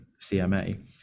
cma